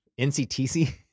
NCTC